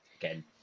again